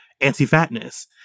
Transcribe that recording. anti-fatness